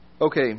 Okay